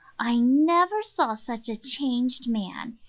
i never saw such a changed man.